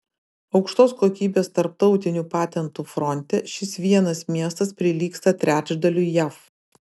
aukštos kokybės tarptautinių patentų fronte šis vienas miestas prilygsta trečdaliui jav